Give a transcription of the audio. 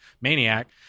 maniac